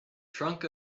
trunk